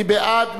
מי בעד?